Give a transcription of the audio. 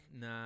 Nah